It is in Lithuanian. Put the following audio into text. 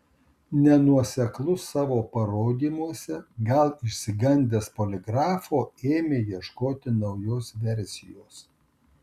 nenuoseklus savo parodymuose gal išsigandęs poligrafo ėmė ieškoti naujos versijos